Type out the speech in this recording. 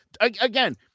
Again